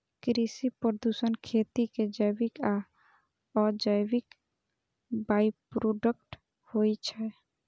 कृषि प्रदूषण खेती के जैविक आ अजैविक बाइप्रोडक्ट होइ छै